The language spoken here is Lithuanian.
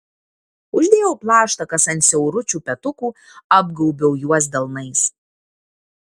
uždėjau plaštakas ant siauručių petukų apgaubiau juos delnais